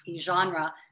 genre